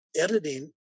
editing